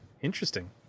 interesting